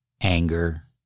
anger